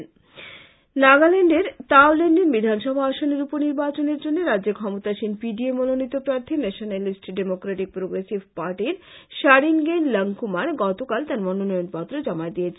এদিকে নাগাল্যান্ডের আওলেনডেন বিধানসভা আসনের উপ নির্বাচনের জন্য রাজ্যে ক্ষমতাসীন পিডিএ মনোনিত প্রাথী নেশন্যালিস্ট ডেমোক্রেটিক পগ্রেসিভ পার্টির গারিনগেইন লংকুমার গতকাল তার মনোনয়ন পত্র জমা দিয়েছেন